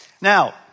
Now